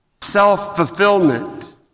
self-fulfillment